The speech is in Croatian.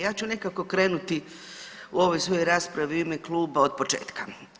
Ja ću nekako krenuti u ovoj svojoj raspravi u ime kluba otpočetka.